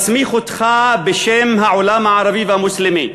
מסמיך אותך בשם העולם הערבי והמוסלמי,